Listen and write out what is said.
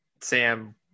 Sam